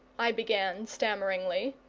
i began stammeringly.